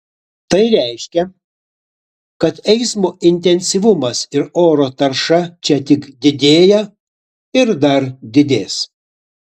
tai reiškia kad eismo intensyvumas ir oro tarša čia tik didėja ir dar didės